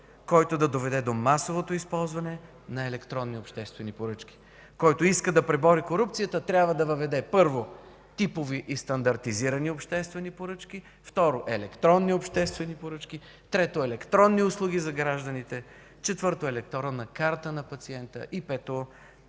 който да доведе до масовото използване на електронни обществени поръчки. Който иска да пребори корупцията, трябва да въведе: Първо, типови и стандартизирани обществени поръчки. Второ, електронни обществени поръчки. Трето, електронни услуги за гражданите. Четвърто, електронна карта на пациента. И пето, енергийна борса с